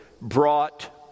brought